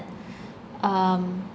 um